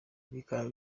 bikaba